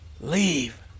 leave